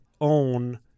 own